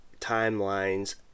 timelines